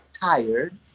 tired